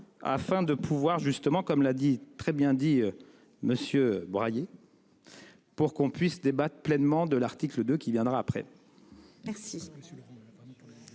afin de pouvoir justement comme l'a dit très bien dit monsieur brailler. Pour qu'on puisse débattent pleinement de l'article 2 qui viendra après.